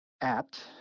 apt